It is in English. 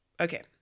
Okay